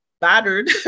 battered